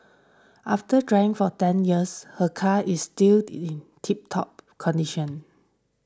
after driving for ten years her car is still in tiptop condition